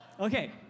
Okay